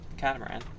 catamaran